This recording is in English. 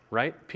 right